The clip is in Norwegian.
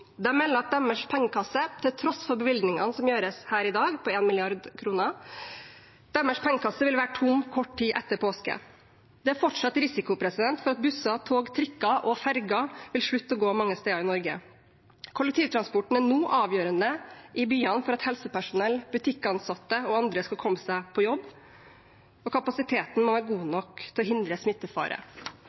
Det er helt nødvendig, men beløpet er for lite. Et eksempel er Ruter, som har kollektivtilbudet i hovedstadsregionen. De melder at deres pengekasse, til tross for bevilgningen som gjøres her i dag, på 1 mrd. kr, vil være tom kort tid etter påske. Det er fortsatt risiko for at busser, tog, trikker og ferjer vil slutte å gå mange steder i Norge. Kollektivtransporten er nå avgjørende i byene for at helsepersonell, butikkansatte og andre skal komme seg på jobb, og kapasiteten må være god